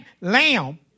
lamb